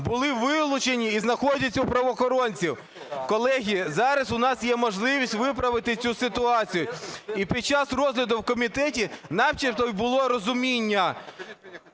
були вилучені і знаходяться у правоохоронців. Колеги, зараз в нас є можливість виправити цю ситуацію. І під час розгляду в комітеті начебто було розуміння